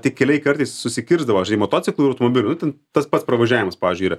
tik keliai kartais susikirsdavo žinai motociklų ir automobilių nu ten tas pats pravažiavimas pavyzdžiui yra